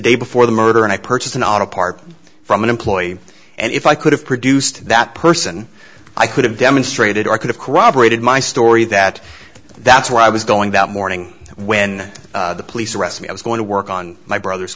day before the murder and i purchased an auto part from an employee and if i could have produced that person i could have demonstrated i could have corroborated my story that that's where i was going that morning when the police arrest me i was going to work on my brother's